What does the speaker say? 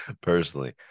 personally